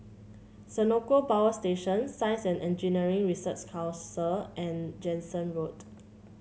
Senoko Power Station Science And Engineering Research Council and Jansen Road